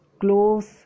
clothes